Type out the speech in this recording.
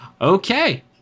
Okay